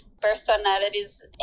personalities